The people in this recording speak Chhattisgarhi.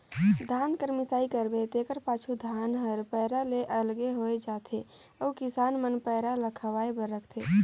धान कर मिसाई करबे तेकर पाछू धान हर पैरा ले अलगे होए जाथे अउ किसान मन पैरा ल खवाए बर राखथें